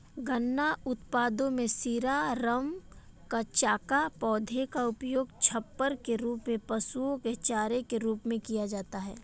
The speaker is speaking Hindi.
गन्ना उत्पादों में शीरा, रम, कचाका, पौधे का उपयोग छप्पर के रूप में, पशुओं के चारे के रूप में किया जाता है